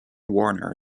warner